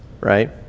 right